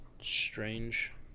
strange